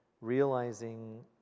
realizing